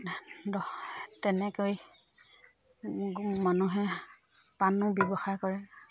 তেনেকৈ মানুহে পাণো ব্যৱসায় কৰে